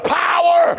power